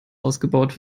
ausgebaut